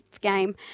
game